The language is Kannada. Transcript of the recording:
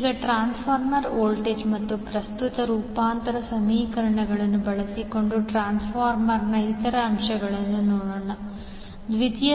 ಈಗ ಟ್ರಾನ್ಸ್ಫಾರ್ಮರ್ ವೋಲ್ಟೇಜ್ ಮತ್ತು ಪ್ರಸ್ತುತ ರೂಪಾಂತರ ಸಮೀಕರಣಗಳನ್ನು ಬಳಸಿಕೊಂಡು ಟ್ರಾನ್ಸ್ಫಾರ್ಮರ್ನ ಇತರ ಅಂಶಗಳನ್ನು ನೋಡೋಣ ದ್ವಿತೀಯ